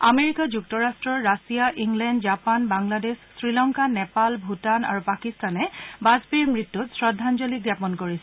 America যুক্তৰাষ্ট্ৰ Russia England Japan Bangladesh Sri Lanka Nepal Bhutan আৰু পাকিস্তানে বাজপেয়ীৰ মত্যত শ্ৰদ্ধাঞ্জলি জ্ঞাপন কৰিছে